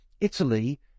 Italy